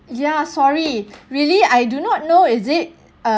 ya sorry really I do not know is it uh